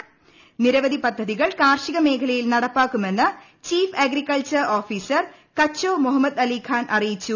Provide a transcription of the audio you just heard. മേഖലയിൽ നിരവധി പദ്ധതികൾ കാർഷിക മേഖലയിൽ നടപ്പാക്കുമെന്ന് ചീഫ് അഗ്രികൾച്ചർ ഓഫീസർ കച്ചോ മുഹമ്മദ് അലി ഖാൻ അറിയിച്ചു